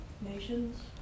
Nations